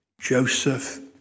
Joseph